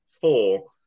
four